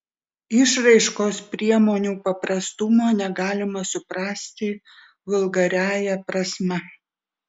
išraiškos priemonių paprastumo negalima suprasti vulgariąja prasme